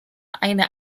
eine